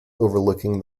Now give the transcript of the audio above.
overlooking